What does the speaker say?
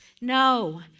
No